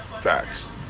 Facts